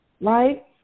right